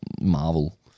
Marvel